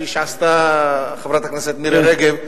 כפי שעשתה חברת הכנסת מירי רגב,